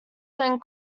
then